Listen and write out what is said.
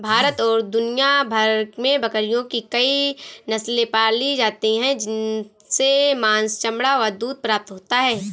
भारत और दुनिया भर में बकरियों की कई नस्ले पाली जाती हैं जिनसे मांस, चमड़ा व दूध प्राप्त होता है